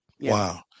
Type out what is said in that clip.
Wow